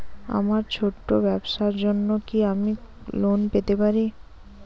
আমার ছোট্ট ব্যাবসার জন্য কি আমি লোন পেতে পারি?